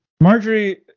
Marjorie